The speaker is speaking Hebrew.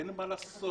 אין מה לעשות